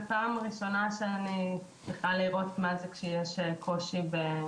זו פעם ראשונה שאני מבינה מה זה כשיש קושי טכני.